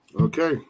Okay